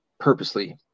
purposely